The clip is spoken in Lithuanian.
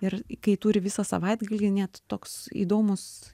ir kai turi visą savaitgalį net toks įdomus